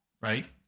Right